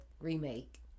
remake